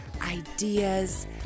ideas